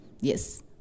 yes